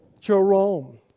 Jerome